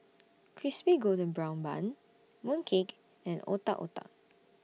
Crispy Golden Brown Bun Mooncake and Otak Otak